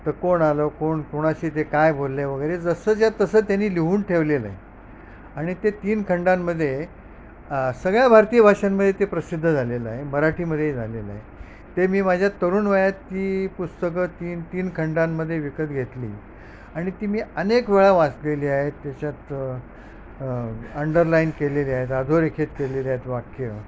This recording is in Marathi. तं कोण आलं कोण कोणाशी ते काय बोलले वगरे जसं ज्या तसं त्यानी लिहून ठेवलेलंय आणि ते तीन खंडांमदे सगळ्या भारतीय भाषांमदे ते प्रसिद्ध झालेलंय मराठीमदे झालेलंय ते मी माझ्या तरुणवा ती पुस्तकं तीन तीन खंडांमध्ये विकत घेतली आणि ती मी अनेक वेळा वाचलेली आहेत त्याच्यात अंडरलाईन केलेली आएत आधोरेखेत केलेली आहेत वाक्य